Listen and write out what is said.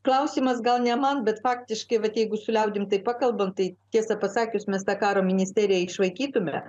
klausimas gal ne man bet faktiškai bet jeigu su liaudim tai pakalbant tai tiesą pasakius mes tą karo ministerija išvaikytumė